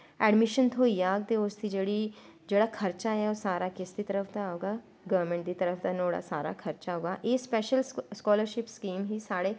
admission थ्होई् जाह्ग ते उसदी जेह्ड़ी जेह्ड़ा खर्चा ऐ सारा किस दी तरफ दा होग गौरमैंट दी तरफ दा नोहाड़ा सारा खर्च होगा एह् स्पैशल स्कालर्शिप स्कीम ही साढ़े